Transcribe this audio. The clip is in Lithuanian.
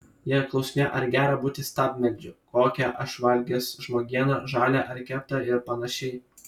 jie klausinėjo ar gera būti stabmeldžiu kokią aš valgęs žmogieną žalią ar keptą ir panašiai